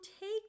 take